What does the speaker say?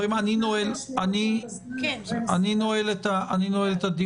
חברים, אני נועל את הדיון.